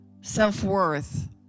self-worth